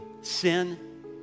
sin